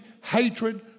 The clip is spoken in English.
hatred